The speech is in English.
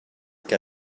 get